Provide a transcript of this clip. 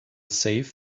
save